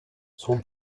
son